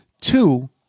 Two